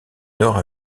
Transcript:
nord